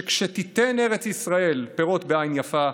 שכשתיתן ארץ ישראל פירות בעין יפה,